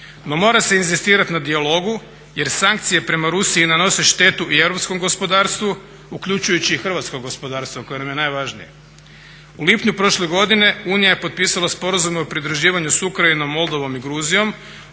No mora se inzistirati na dijalogu jer sankcije prema Rusiji nanose štetu i europskom gospodarstvu uključujući i hrvatsko gospodarstvo koje nam je najvažnije. U lipnju prošle godine Unija je potpisala Sporazume o pridruživanju s Ukrajinom, Moldavom i Gruzijom